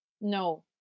No